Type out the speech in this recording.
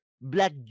Black